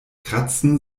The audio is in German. kratzen